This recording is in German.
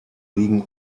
liegen